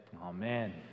Amen